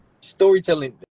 Storytelling